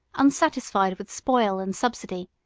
unsatisfied with spoil and subsidy,